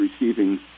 receiving